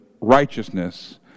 righteousness